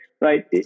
Right